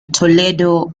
toledo